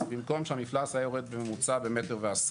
אז במקום שהמפלס היה יורד בממוצע ב-1.10 מטר,